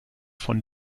von